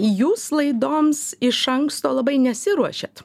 jūs laidoms iš anksto labai nesiruošiat